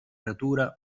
natura